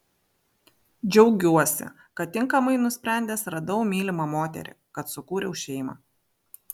džiaugiuosi kad tinkamai nusprendęs radau mylimą moterį kad sukūriau šeimą